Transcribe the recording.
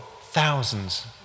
thousands